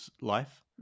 life